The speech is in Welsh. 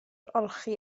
olchi